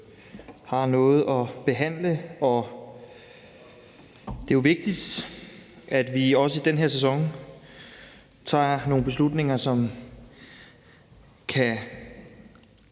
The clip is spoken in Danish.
har noget at behandle, og det er jo vigtigt, at vi også i den her sæson tager nogle beslutninger, som